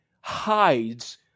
Hides